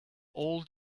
old